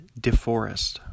DeForest